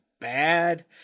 bad